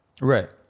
right